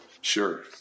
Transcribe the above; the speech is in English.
sure